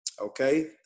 okay